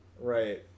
right